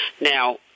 Now